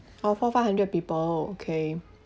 oh four five hundred people okay